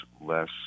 less